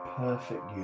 perfect